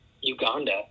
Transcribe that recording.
Uganda